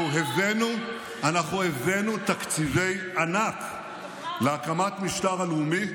אנחנו הבאנו תקציבי ענק להקמת משמר לאומי,